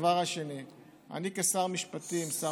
כשר משפטים, אני שר